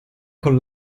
col